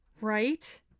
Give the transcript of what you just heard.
Right